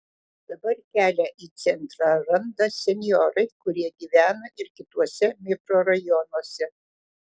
dabar kelią į centrą randa senjorai kurie gyvena ir kituose mikrorajonuose